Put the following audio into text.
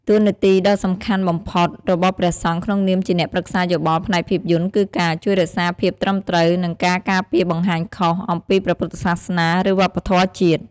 តួនាទីដ៏សំខាន់បំផុតមួយរបស់ព្រះសង្ឃក្នុងនាមជាអ្នកប្រឹក្សាយោបល់ផ្នែកភាពយន្ត គឺការ ជួយរក្សាភាពត្រឹមត្រូវ និងការពារការបង្ហាញខុស អំពីព្រះពុទ្ធសាសនា ឬវប្បធម៌ជាតិ។